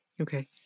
Okay